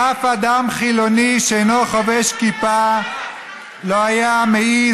אף אדם חילוני שאינו חובש כיפה לא היה מעז